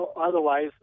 otherwise